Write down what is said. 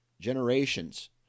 Generations